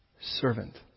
Servant